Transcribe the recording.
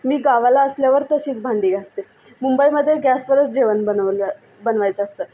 मी गावाला असल्यावर तशीच भांडी घासते मुंबईमध्ये गॅसवरच जेवण बनवलं बनवायचं असतं